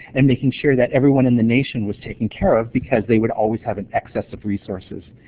and making sure that everyone in the nation was taken care of, because they would always have an excess of resources.